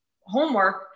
homework